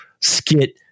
skit